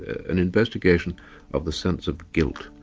an investigation of the sense of guilt.